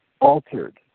altered